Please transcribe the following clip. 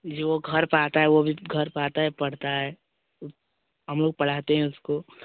जो घर पे आता है वो भी घर पे आता है पढ़ता है हम लोग पढ़ाते है उसको